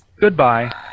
Goodbye